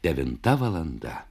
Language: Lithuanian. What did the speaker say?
devinta valanda